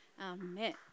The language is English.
Amen